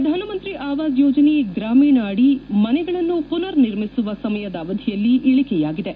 ಪ್ರಧಾನ ಮಂತ್ರಿ ಆವಾಸ್ ಯೋಜನೆ ಗ್ರಾಮೀಣ ಅಡಿ ಮನೆಗಳನ್ನು ಪುನರ್ ನಿರ್ಮಿಸುವ ಸಮಯದ ಅವಧಿಯಲ್ಲಿ ಇಳಿಕೆಯಾಗಿದೆ